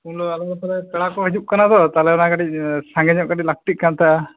ᱩᱱ ᱦᱤᱞᱳᱜ ᱟᱞᱮ ᱟᱛᱳ ᱨᱮ ᱯᱮᱲᱟ ᱠᱚ ᱦᱤᱡᱩᱜ ᱠᱟᱱᱟ ᱛᱚ ᱛᱟᱦᱚᱞᱮ ᱚᱱᱟ ᱠᱟᱹᱴᱤᱡ ᱥᱟᱸᱜᱮ ᱧᱚᱜ ᱞᱟᱹᱠᱛᱤᱜ ᱠᱟᱱ ᱛᱟᱦᱮᱸᱜᱟ